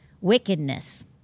Wickedness